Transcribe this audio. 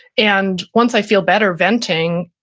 and once i feel better venting,